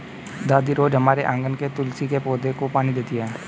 दादी रोज हमारे आँगन के तुलसी के पौधे को पानी देती हैं